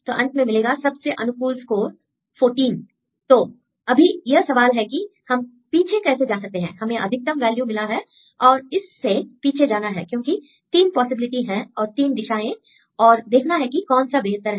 तो अंत में मिलेगा सबसे अनुकूल स्कोर 14 तो अभी यह सवाल है कि हम पीछे कैसे जा सकते हैं हमें अधिकतम वैल्यू मिला है और इससे पीछे जाना है क्योंकि 3 पॉसिबिलिटी हैं और 3 दिशाएं और देखना है कि कौन सा बेहतर है